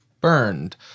burned